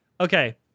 okay